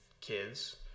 kids